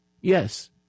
Yes